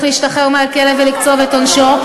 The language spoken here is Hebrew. להשתחרר מהכלא וצריך לקצוב את עונשו,